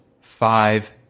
Five